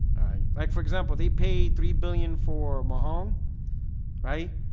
like for example, they paid three billion for my home right,